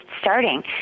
starting